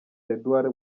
edouard